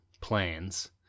plans